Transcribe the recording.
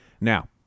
Now